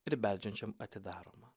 ir beldžiančiam atidaroma